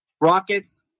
Rockets